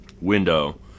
window